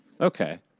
Okay